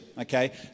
okay